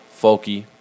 Folky